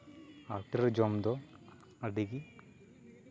ᱟᱨ hotel ᱨᱮ ᱡᱚᱢ ᱫᱚ ᱟᱹᱰᱤ ᱜᱮ